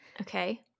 Okay